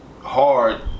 hard